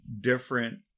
different